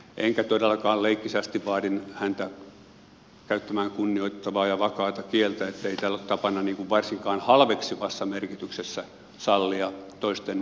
enkä todellakaan leikkisästi vaadi häntä käyttämään kunnioittavaa ja vakaata kieltä ettei täällä ole tapana varsinkaan halveksivassa merkityksessä sallia toisten lempinimien käyttöä